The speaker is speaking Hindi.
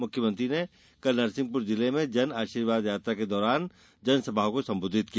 मुख्यमंत्री ने कल नरसिंहपुर जिले में जन आषीर्वाद यात्रा के दौरान जनसभाओं को संबोधित किया